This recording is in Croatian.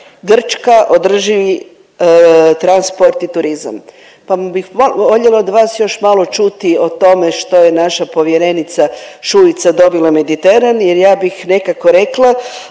održivi transport i turizam pa bih voljela od vas još malo čuti o tome što je naša povjerenica Šuica dobila Mediteran jer ja bih nekako rekla,